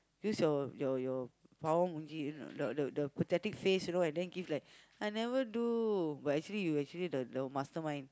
use your your your the the the pathetic face you know and then give like I never do but actually you actually the the mastermind